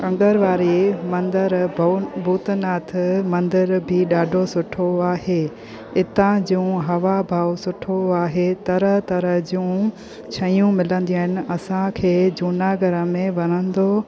अंदर वारे मंदरु भूतनाथ मंदर बि ॾाढो सुठो आहे इता जूं हवा भाव सुठो आहे तरह तरह जूं शयूं मिलंदियूं आहिनि असांखे जूनागढ़ में वणंदो